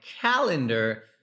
calendar